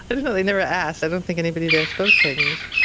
i don't know, they never asked. i don't think anybody there spoke chinese.